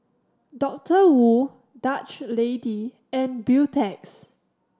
Doctor Wu Dutch Lady and Beautex